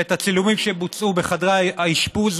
ואת הצילומים שבוצעו בחדרי האשפוז,